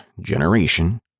generation